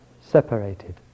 separated